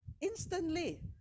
instantly